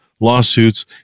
lawsuits